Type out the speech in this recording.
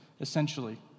essentially